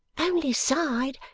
only sighed,